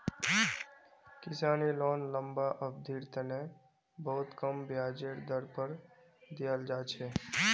किसानी लोन लम्बा अवधिर तने बहुत कम ब्याजेर दर पर दीयाल जा छे